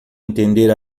entender